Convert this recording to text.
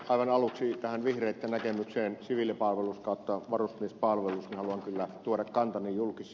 aivan aluksi tästä vihreitten näkemyksestä varusmiespalveluksesta haluan kyllä tuoda kantani julki